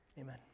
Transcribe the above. amen